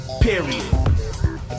Period